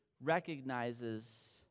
recognizes